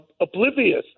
oblivious